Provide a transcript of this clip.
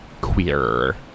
queer